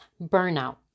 burnout